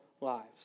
lives